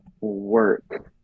work